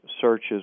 searches